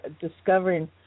discovering